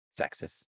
Sexist